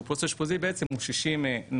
שהוא פוסט אשפוזי הוא בעצם 60 נערות,